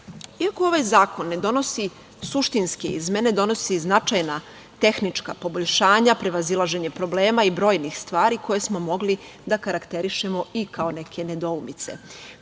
ovaj zakon ne donosi suštinske izmene, donosi značajna tehnička poboljšanja, prevazilaženje problema i brojnih stvari koje bismo mogli da karakterišemo kao neke nedoumice,